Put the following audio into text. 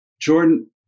Jordan